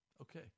okay